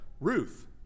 Ruth